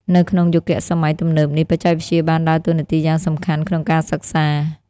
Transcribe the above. នៅក្នុងយុគសម័យទំនើបនេះ បច្ចេកវិទ្យាបានដើរតួនាទីយ៉ាងសំខាន់ក្នុងការសិក្សា។